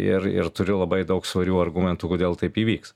ir ir turiu labai daug svarių argumentų kodėl taip įvyks